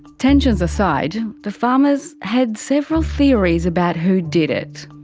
tensions aside, the farmers had several theories about who did it.